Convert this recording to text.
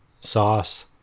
Sauce